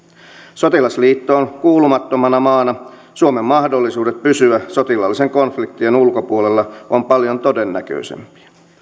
sotilasliittoon kuulumattomana maana suomen mahdollisuudet pysyä sotilaallisten konfliktien ulkopuolella ovat paljon todennäköisempiä